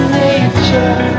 nature